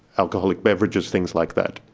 alcoholic beverages, things like that,